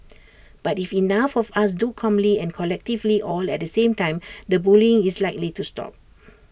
but if enough of us do calmly and collectively all at the same time the bullying is likely to stop